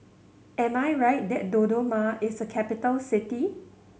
am I right that Dodoma is a capital city